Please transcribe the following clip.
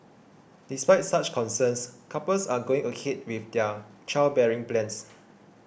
despite such concerns couples are going ahead with their childbearing plans